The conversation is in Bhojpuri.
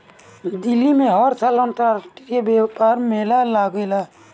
दिल्ली में हर साल अंतरराष्ट्रीय व्यापार मेला लागेला